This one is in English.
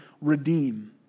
redeem